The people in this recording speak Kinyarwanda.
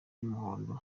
y’umuhondo